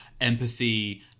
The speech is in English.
empathy